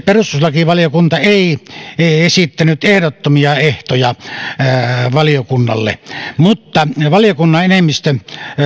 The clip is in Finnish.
perustuslakivaliokunta ei esittänyt ehdottomia ehtoja valiokunnalle mutta valiokunnan enemmistö